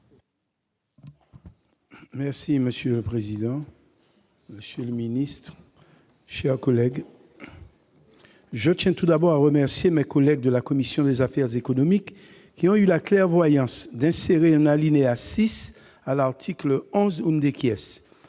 Monsieur le président, monsieur le ministre, chers collègues, je tiens tout d'abord à remercier mes collègues de la commission des affaires économiques qui ont eu la clairvoyance d'insérer un alinéa 6 à l'article 11 . Ainsi,